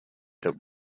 that